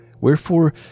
Wherefore